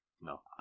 No